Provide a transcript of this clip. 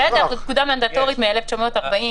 הכרזה של מצב החירום הכללי,